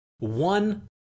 One